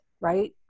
right